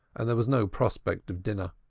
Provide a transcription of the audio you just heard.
and there was no prospect of dinner.